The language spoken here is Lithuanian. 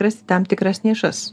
rasti tam tikras nišas